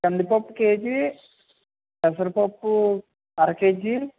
కందిపప్పు కేజీ పెసరపప్పు అర కేజీ